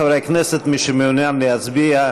חברי הכנסת, מי שמעוניין להצביע,